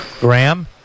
Graham